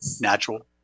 natural